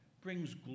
brings